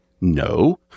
No